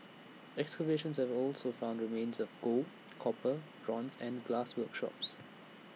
excavations have also found remains of gold copper bronze and glass workshops